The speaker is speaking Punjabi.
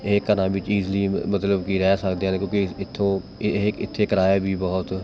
ਇਹ ਘਰਾਂ ਵਿੱਚ ਇਜ਼ਿਲੀ ਮ ਮਤਲਬ ਕਿ ਰਹਿ ਸਕਦੇ ਹਨ ਕਿਉਂਕਿ ਇੱਥੋਂ ਇਹ ਇੱਥੇ ਕਿਰਾਇਆ ਵੀ ਬਹੁਤ